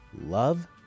Love